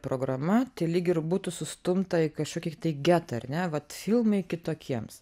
programa lyg ir būtų sustumta į kažkokį getą ar ne vat filmai kitokiems